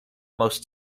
most